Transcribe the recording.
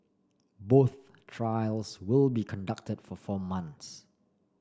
both trials will be conducted for four months